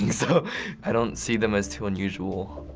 so i don't see them as too unusual,